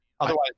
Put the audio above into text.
otherwise